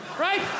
right